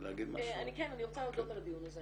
כן, אני רוצה להודות על הדיון הזה.